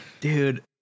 Dude